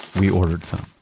we ordered some